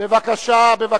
בבקשה.